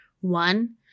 one